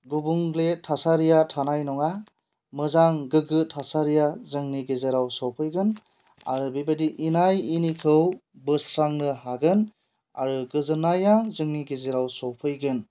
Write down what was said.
गुबुंले थासारिया थानाय नङा मोजां गोगो थासारिया जोंनि गेजेराव सफैगोन आरो बिबायदि इनाय इनिखौ बोस्रांनो हागोन आरो गोजोननाया जोंनि गेजेराव सफैगोन